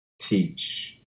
teach